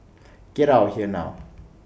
get out of here now